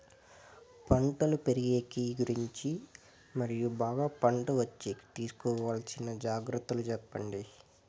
పంటలు పెరిగేకి గురించి మరియు బాగా పంట వచ్చేకి తీసుకోవాల్సిన జాగ్రత్త లు సెప్పండి?